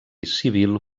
civil